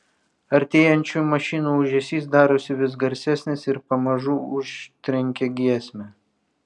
artėjančių mašinų ūžesys darosi vis garsesnis ir pamažu užtrenkia giesmę